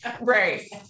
Right